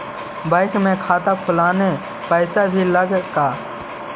Bank में खाता खोलाबे ल पैसा भी लग है का?